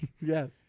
Yes